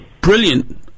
Brilliant